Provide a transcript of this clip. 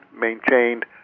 maintained